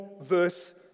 verse